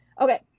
Okay